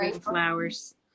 flowers